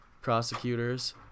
prosecutors